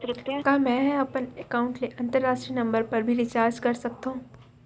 का मै ह अपन एकाउंट ले अंतरराष्ट्रीय नंबर पर भी रिचार्ज कर सकथो